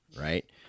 right